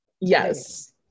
Yes